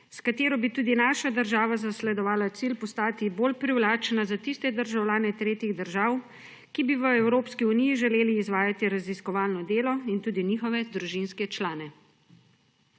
s katero bi tudi naša država zasledovala cilj postati bolj privlačna za tiste državljane tretjih držav, ki bi v Evropski uniji želeli izvajati raziskovalno delo, in tudi njihove družinske člane.